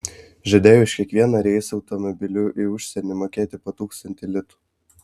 žadėjo už kiekvieną reisą automobiliu į užsienį mokėti po tūkstantį litų